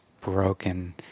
broken